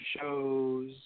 shows